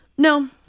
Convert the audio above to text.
No